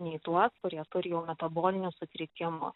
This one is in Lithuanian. nei tuos kurie turi jau metabolinių sutrikimų